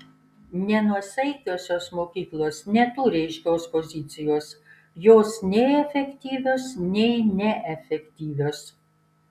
nenuosaikiosios mokyklos neturi aiškios pozicijos jos nei efektyvios nei neefektyvios